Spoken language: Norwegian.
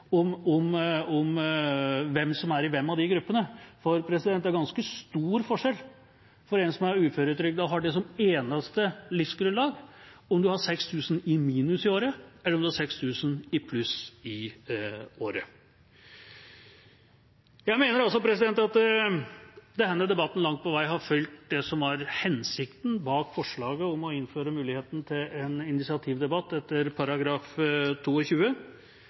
om hvem som er i hvilke av de gruppene. For det er ganske stor forskjell for en som er uføretrygdet og har det som eneste livsgrunnlag, om en har 6 000 kr i minus i året eller om en har 6 000 kr i pluss i året. Jeg mener at denne debatten langt på vei har fulgt det som var hensikten bak forslaget om å innføre muligheten til en initiativdebatt etter